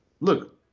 look